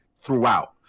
throughout